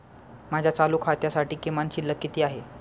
माझ्या चालू खात्यासाठी किमान शिल्लक किती आहे?